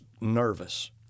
nervous